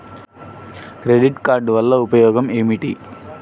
Credit card వల్ల ఉపయోగం ఏమిటీ?